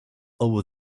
over